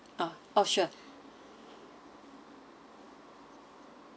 uh !oh! sure